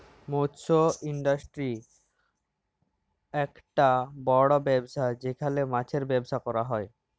মৎস ইন্ডাস্ট্রি আককটা বড় ব্যবসা যেখালে মাছের ব্যবসা ক্যরা হ্যয়